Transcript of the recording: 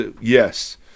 yes